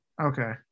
Okay